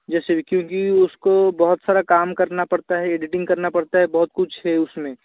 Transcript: जैसे क्योंकि उस को बहुत सारा काम करना पड़ता है एडिटिंग करना पड़ता है बहुत कुछ है उस में